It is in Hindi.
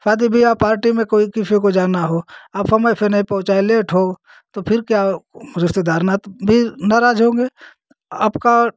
शादी विवाह पार्टी में कोई किसी को जाना हो आप समय से नहीं पहुंचाए लेट हो तो फिर क्या रिश्तेदार नात भी नाराज होंगे आपका